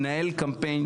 מנהל קמפיין.